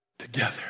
Together